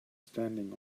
standing